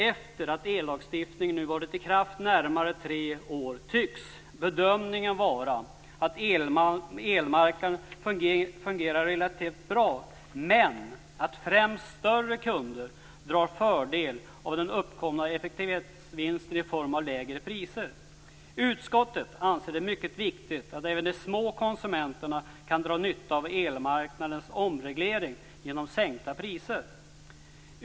Efter det att ellagstiftningen nu har varit i kraft i närmare tre år tycks bedömningen vara att elmarknaden fungerar relativt bra men att främst större kunder drar fördel av uppkommen effektivitetsvinst i form av lägre priser. Utskottet anser att det är mycket viktigt att även de små konsumenterna kan dra nytta av elmarknadens omreglering genom sänkta priser.